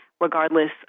regardless